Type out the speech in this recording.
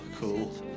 cool